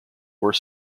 were